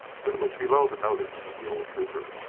but it was below the notice of the old trooper,